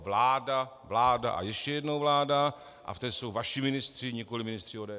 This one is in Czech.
Vláda, vláda a ještě jednou vláda a v té jsou vaši ministři, nikoliv ministři ODS.